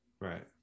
Right